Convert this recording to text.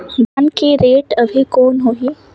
धान के रेट अभी कौन होही?